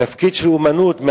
של אמנות.